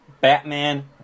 batman